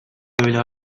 böyle